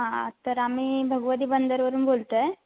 हां तर आम्ही भगवती बंदरवरून बोलतो आहे